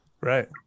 Right